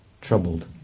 troubled